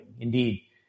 Indeed